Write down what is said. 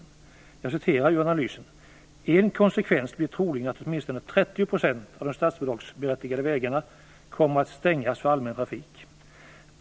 I analysen står det: En konsekvens blir troligen att åtminstone 30 % av de statsbidragsberättigade vägarna kommer att stängas för allmän trafik.